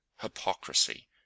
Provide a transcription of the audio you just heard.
hypocrisy